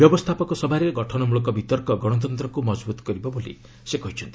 ବ୍ୟବସ୍ଥାପକ ସଭାରେ ଗଠନମଳକ ବିତର୍କ ଗଶତନ୍ତ୍ରକୁ ମଜବୁତ କରିବ ବୋଲି ସେ କହିଛନ୍ତି